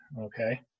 okay